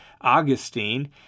Augustine